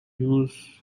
used